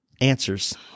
answers